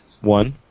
One